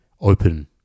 open